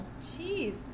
jeez